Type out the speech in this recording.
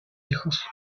hijos